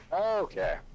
Okay